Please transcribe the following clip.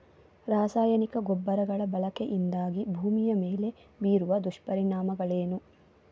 ರಾಸಾಯನಿಕ ಗೊಬ್ಬರಗಳ ಬಳಕೆಯಿಂದಾಗಿ ಭೂಮಿಯ ಮೇಲೆ ಬೀರುವ ದುಷ್ಪರಿಣಾಮಗಳೇನು?